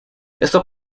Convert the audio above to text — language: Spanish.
esto